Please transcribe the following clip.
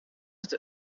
het